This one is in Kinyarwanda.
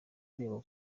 ureba